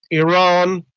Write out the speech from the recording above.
iran,